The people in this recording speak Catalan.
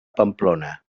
pamplona